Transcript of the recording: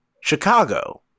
Chicago